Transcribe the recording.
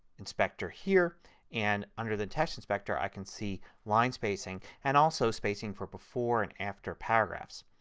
inspector here and under the text inspector i can see line spacing and also spacing for before and after paragraphs.